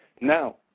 now